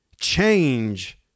Change